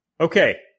Okay